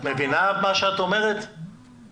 את מבינה את מה שאת אומרת או